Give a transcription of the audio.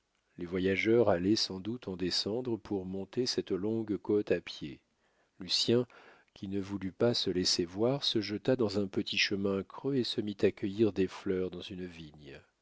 les voyageurs allaient sans doute en descendre pour monter cette longue côte à pied lucien qui ne voulut pas se laisser voir se jeta dans un petit chemin creux et se mit à cueillir des fleurs dans une vigne